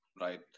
right